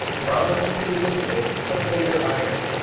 bronze to begin with and later iron.